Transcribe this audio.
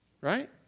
right